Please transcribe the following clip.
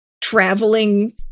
traveling